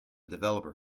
developer